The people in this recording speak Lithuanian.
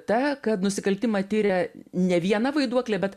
ta kad nusikaltimą tiria ne viena vaiduoklė bet